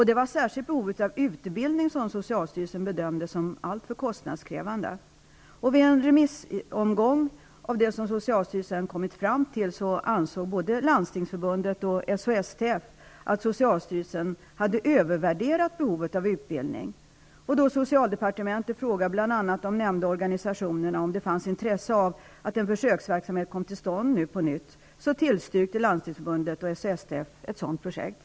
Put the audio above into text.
Det var särskilt behovet av utbildning som socialstyrelsen bedömde som alltför kostnadskrävande. Vid en remissomgång beträffande det som socialstyrelsen kommit fram till ansåg både Landstingsförbundet och SHSTF att socialstyrelsen hade övervärderat behovet av utbildning. Då socialdepartementet frågade bl.a. de nämnda organisationerna om det fanns intresse av att en försöksverksamhet nu kom till stånd tillstyrkte Landstingsförbundet och SHSTF ett sådant projekt.